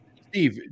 Steve